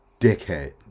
dickhead